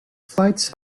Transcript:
flights